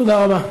תודה רבה.